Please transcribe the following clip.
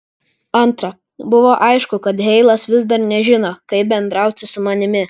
antra buvo aišku kad heilas vis dar nežino kaip bendrauti su manimi